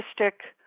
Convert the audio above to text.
artistic